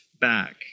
back